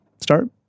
start